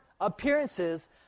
appearances